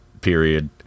period